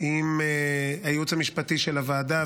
עם הייעוץ המשפטי של הוועדה,